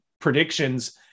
predictions